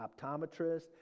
optometrist